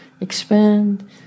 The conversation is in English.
expand